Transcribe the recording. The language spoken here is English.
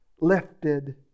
lifted